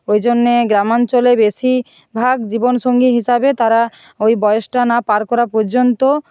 ওই জন্যে গ্রাম অঞ্চলে বেশিই ভাগ জীবনসঙ্গী হিসাবে তারা ওই বয়সটা না পার করা পর্যন্ত